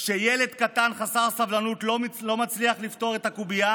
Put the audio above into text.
כשילד קטן חסר סבלנות לא מצליח לפתור את הקובייה